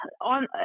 on